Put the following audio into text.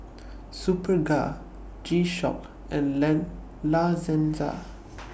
Superga G Shock and Lan La Senza